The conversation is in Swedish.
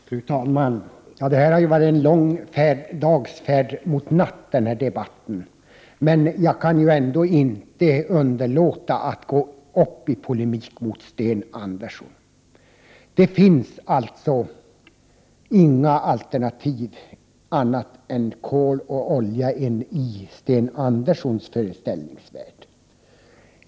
Fru talman! Den här debatten har varit en lång dags färd mot natt, men jag kan ändå inte underlåta att gå upp i polemik mot Sten Andersson i Malmö. Det finns inga andra alternativ än kol och olja i Sten Anderssons föreställningsvärld.